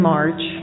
March